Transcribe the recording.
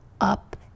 up